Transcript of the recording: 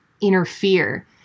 interfere